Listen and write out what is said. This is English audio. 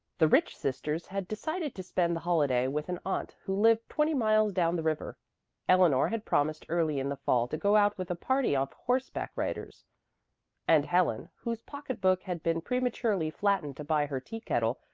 the rich sisters had decided to spend the holiday with an aunt who lived twenty miles down the river eleanor had promised early in the fall to go out with a party of horseback riders and helen, whose pocketbook had been prematurely flattened to buy her teakettle,